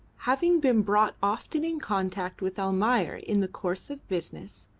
having been brought often in contact with almayer in the course of business,